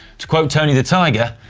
to quote tony the tiger,